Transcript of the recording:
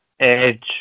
Edge